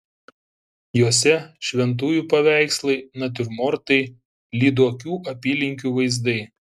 juose šventųjų paveikslai natiurmortai lyduokių apylinkių vaizdai